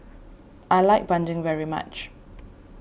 I like Bandung very much